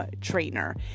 trainer